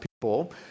people